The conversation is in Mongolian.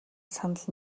санал